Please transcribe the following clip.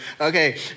Okay